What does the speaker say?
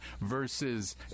versus